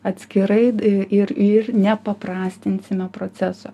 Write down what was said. atskirai ir ir nepaprastinsime proceso